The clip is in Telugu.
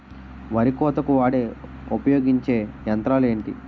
వరి కోతకు వాడే ఉపయోగించే యంత్రాలు ఏంటి?